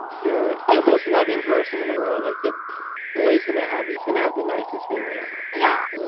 you're the most loving person in the world like the boys gonna have he's gonna have the nicest family over yeah,